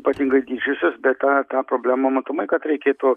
ypatingai didžiosios be tą tą problemą mokama kad reikėtų